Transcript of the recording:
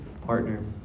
partner